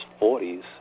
40s